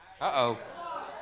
Uh-oh